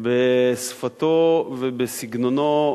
בשפתו ובסגנונו,